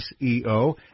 SEO